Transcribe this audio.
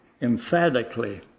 emphatically